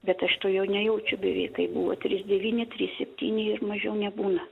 bet aš to jau nejaučiu beveik kai buvo trys devyni trys septyni ir mažiau nebūna